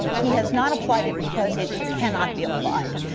and he has not applied it because it it cannot be applied.